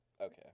Okay